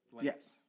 Yes